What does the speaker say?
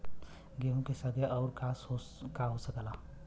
गेहूँ के संगे अउर का का हो सकेला?